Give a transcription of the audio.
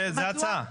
זו הצעה.